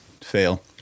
fail